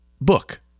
book